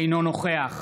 אינו נוכח